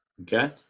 okay